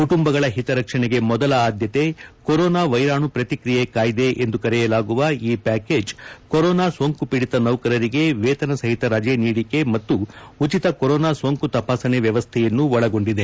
ಕುಟುಂಬಗಳ ಹಿತರಕ್ಷಣೆಗೆ ಮೊದಲ ಆದ್ಯತೆ ಕೊರೊನಾ ವೈರಾಣು ಪ್ರತಿಕ್ರಿಯೆ ಕಾಯ್ದೆ ಎಂದು ಕರೆಯಲಾಗಿರುವ ಈ ಪ್ಯಾಕೇಜ್ ಕೊರೊನಾ ಸೋಂಕು ಪೀದಿತ ನೌಕರರಿಗೆ ವೇತನ ಸಹಿತ ರಜೆ ನೀಡಿಕೆ ಮತ್ತು ಉಚಿತ ಕೊರೊನಾ ಸೋಂಕು ತಪಾಸಣೆ ವ್ಯವಸ್ಥೆಯನ್ನೂ ಒಳಗೊಂಡಿದೆ